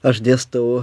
aš dėstau